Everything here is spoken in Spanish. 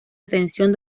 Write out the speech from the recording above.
atención